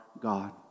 God